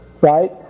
right